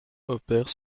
opèrent